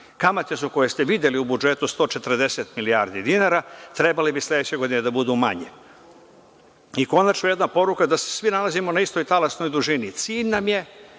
Kamate su, koje ste videli u budžetu, 140 milijardi dinara, trebale bi sledeće godine da budu manje. Konačno, jedna poruka da se svi nalazimo na istoj talasnoj dužini. Cilj nam je